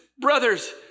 brothers